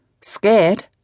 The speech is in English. Scared